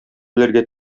белергә